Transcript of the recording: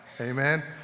Amen